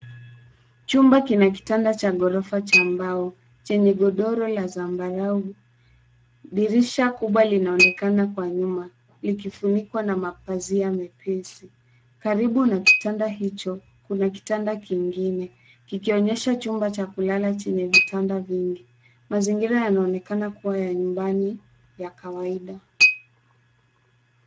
Chumba kina kitanda cha ghorofa cha mbao chenye godoro la zambarau. Dirisha kubwa linaonekana kwa nyuma likifunikwa na mapazia mepesi. Karibu na kitanda hicho, kuna kitanda kingine kikionyesha chumba cha kulala chenye vitanda vingi. Mazingira yanaonekana kuwa ya nyumbani ya kawaida.